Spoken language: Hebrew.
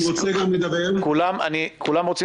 כולם רוצים